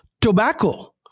tobacco